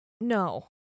no